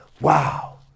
wow